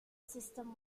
system